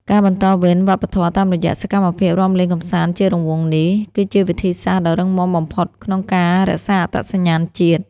ការបន្តវេនវប្បធម៌តាមរយៈសកម្មភាពរាំលេងកម្សាន្តជារង្វង់នេះ គឺជាវិធីសាស្ត្រដ៏រឹងមាំបំផុតក្នុងការរក្សាអត្តសញ្ញាណជាតិ។